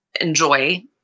enjoy